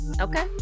Okay